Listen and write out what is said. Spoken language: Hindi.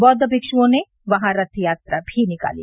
बौद्व भिक्सुओं ने वहां रथ यात्रा भी निकाली